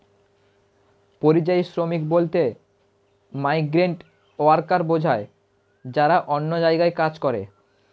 পরিযায়ী শ্রমিক বলতে মাইগ্রেন্ট ওয়ার্কার বোঝায় যারা অন্য জায়গায় কাজ করে